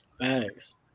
Thanks